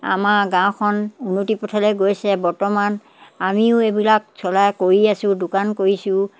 আমাৰ গাঁওখন উন্নতি পথলৈ গৈছে বৰ্তমান আমিও এইবিলাক চলাই কৰি আছোঁ দোকান কৰিছোঁ